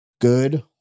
good